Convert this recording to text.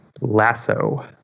lasso